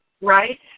Right